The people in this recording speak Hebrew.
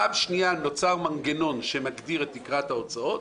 דבר שני, נוצר מנגנון שמגדיר את תקרת ההוצאות